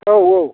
औ औ